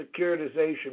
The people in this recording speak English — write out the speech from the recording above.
securitization